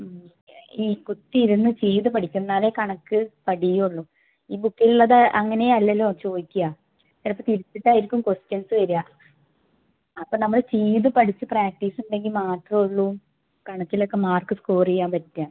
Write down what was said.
ഈ കുത്തിയിരുന്ന് ചെയ്ത് പഠിക്ക് എന്നാലെ കണക്ക് പഠിക്കുകയുള്ളു ഈ ബുക്കിലുള്ളത് അങ്ങനെയല്ലല്ലോ ചോദിക്കുക ചിലപ്പോൾ തിരിച്ചിട്ടാരിക്കും ക്വസ്റ്റ്യൻസ് വരിക അപ്പം നമ്മൾ ചെയ്ത് പഠിച്ച് പ്രാക്ടീസ് ഉണ്ടെങ്കിൽ മാത്രമെ ഉള്ളു കണക്കിലൊക്കെ മാർക്ക് സ്കോറ് ചെയ്യാൻ പറ്റുക